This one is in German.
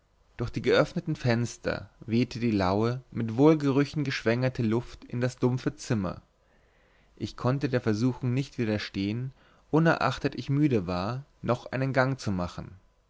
durch die geöffneten fenster wehte die laue mit wohlgerüchen geschwängerte luft in das dumpfe zimmer ich konnte der versuchung nicht widerstehen unerachtet ich müde genug war noch einen gang zu machen